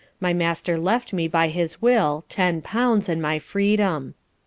my master left me by his will ten pounds, and my freedom.